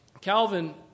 Calvin